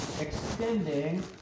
extending